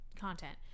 content